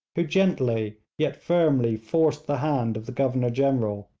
who gently yet firmly forced the hand of the governor-general,